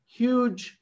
huge